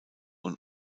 und